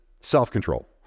self-control